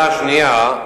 לשאלתך השנייה,